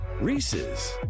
Reese's